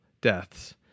deaths